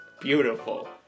beautiful